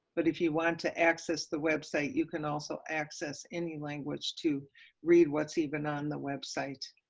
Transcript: but if you want to access the website, you can also access any language to read what's even on the website.